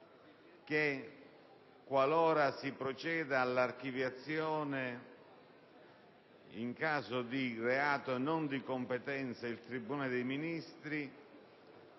che, qualora si proceda all'archiviazione in caso di reato non di competenza del tribunale dei ministri,